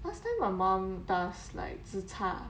last time my mom does like zi char